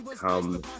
come